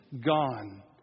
gone